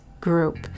group